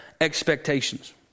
expectations